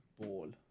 ball